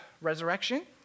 resurrection